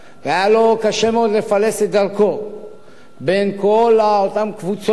והיה לו קשה מאוד לפלס את דרכו בין כל אותן קבוצות